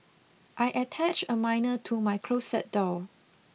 I attached a minor to my closet door